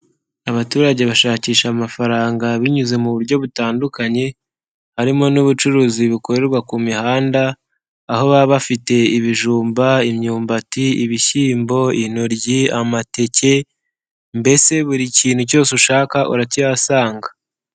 Abaturage bashakisha amafaranga binyuze mu buryo butandukanye, harimo n'ubucuruzi bukorerwa ku mihanda, aho baba bafite ibijumba, imyumbati, ibishyimbo, intoryi, amateke mbese buri kintu cyose ushaka urakiyasanga.